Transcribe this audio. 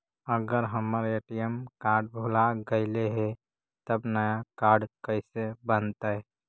अगर हमर ATM card भुला गैलै हे तब नया काड कइसे बनतै?